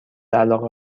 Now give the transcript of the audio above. علاقه